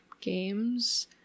games